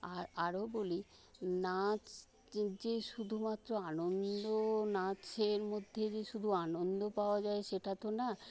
আর আরও বলি নাচ যে যে শুধুমাত্র আনন্দ নাচের মধ্যেই যে শুধু আনন্দ পাওয়া যায় সেটা তো না